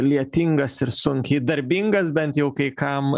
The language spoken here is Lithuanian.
lietingas ir sunkiai darbingas bent jau kai kam